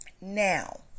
Now